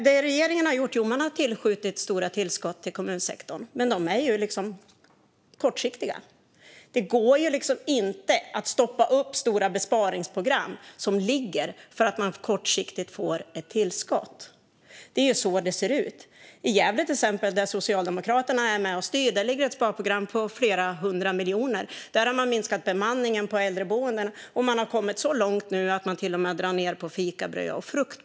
Ja, regeringen har tillskjutit stora belopp till kommunsektorn, men det är kortsiktigt. Det går inte att stoppa stora besparingsprogram för att man får ett kortsiktigt tillskott. Det är så det ser ut. I Gävle där Socialdemokraterna är med och styr ligger ett sparprogram på flera hundra miljoner. Där har man minskat bemanningen på äldreboenden, och på en del boenden drar man nu till och med ned på fikabröd och frukt.